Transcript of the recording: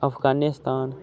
Afghanistan